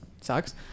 sucks